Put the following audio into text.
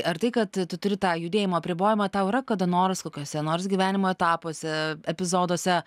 ar tai kad tu turi tą judėjimo apribojimą tau yra kada nors kokiuose nors gyvenimo etapuose epizoduose